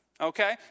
Okay